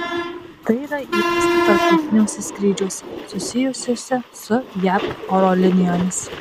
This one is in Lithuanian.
tai yra įprasta tarptautiniuose skrydžiuose susijusiuose su jav oro linijomis